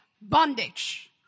bondage